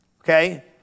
Okay